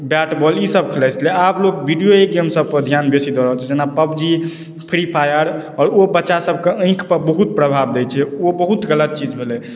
bat ball ईसभ खेलाइत छलै आब लोक वीडियोए गेम सबपर ध्यान बेसी दऽ रहल छै जेना पबजी फ्रीफायर आओर ओ बच्चासभके आँखिपर बहुत प्रभाव दैत छै ओ बहुत गलत चीज भेलै